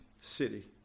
city